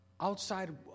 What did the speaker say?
outside